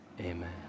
Amen